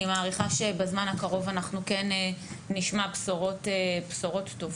אני מעריכה שבזמן הקרוב אנחנו כן נשמע בשורות טובות.